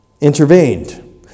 intervened